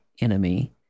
enemy